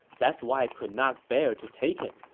that's why i could not bear to take it.